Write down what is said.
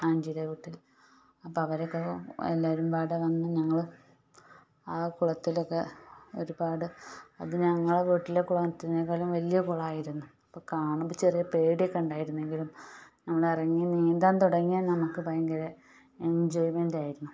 ആൻറ്റിയുടെ വീട്ടിൽ അപ്പോൾ അവരൊക്കെ എല്ലാവരും പാടെ വന്ന് ഞങ്ങൾ ആ കുളത്തിലൊക്കെ ഒരുപാട് അത് ഞങ്ങളുടെ വീട്ടിലെ കുളത്തിനേക്കാളും വലിയ കുളമായിരുന്നു അപ്പോൾ കാണുമ്പോൾ ചെറിയ പേടി ഉണ്ടായിരുന്നെങ്കിലും നമ്മൾ ഇറങ്ങി നീന്താൻ തുടങ്ങിയാൽ നമുക്ക് ഭയങ്കര എൻജോയ്മെൻറ്റ് ആയിരുന്നു